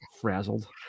frazzled